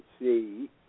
see